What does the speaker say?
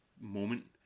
moment